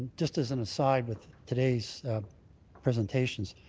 just as an aside with today's presentations,